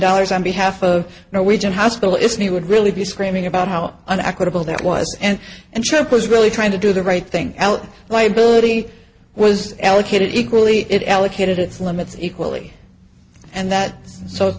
dollars on behalf of norwegian hospital it's me would really be screaming about how an equitable that was and and chip was really trying to do the right thing out liability was allocated equally it allocated its limits equally and